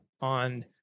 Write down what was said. on